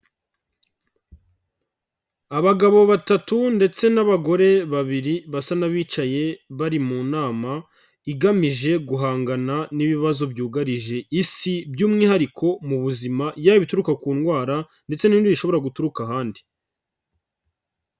Abagabo batatu ndetse n'abagore babiri basa n'abicaye bari mu nama, igamije guhangana n'ibibazo byugarije isi by'umwihariko mu buzima, yaba ibituruka ku ndwara ndetse n'indi bishobora guturuka ahandi.